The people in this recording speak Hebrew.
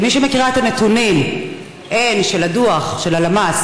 כמי שמכירה את הנתונים של הדוח של הלמ"ס